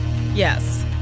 Yes